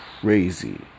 crazy